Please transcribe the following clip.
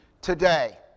today